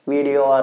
Video